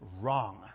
wrong